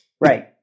Right